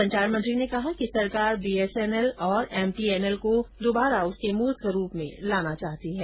संचार मंत्री ने कहा कि सरकार बीएसएनएल और एमटीएनएल को दुबारा उसके मूल स्वरूप में लाना चाहती है